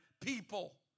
people